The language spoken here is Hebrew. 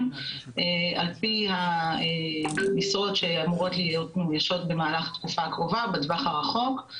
על פי המשרות שאמורות להיות נגישות במהלך התקופה הקרובה בטווח הרחוק.